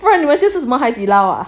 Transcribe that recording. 那你们真是什么海底捞哇